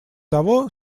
того